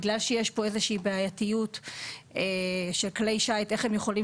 בגלל שיש בעייתיות של כלי שיט ואיך הם יכולים